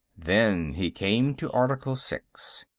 then he came to article six.